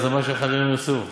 מה שהחברים ירצו.